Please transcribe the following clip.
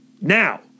now